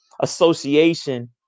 association